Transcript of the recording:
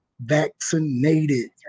vaccinated